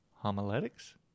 homiletics